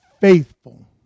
faithful